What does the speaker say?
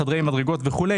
כמו חדרי מדרגות וכו',